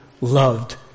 loved